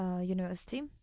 University